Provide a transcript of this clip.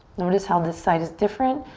notice how this side is different.